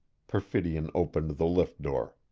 perfidion opened the lift door.